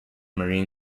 marina